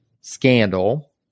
scandal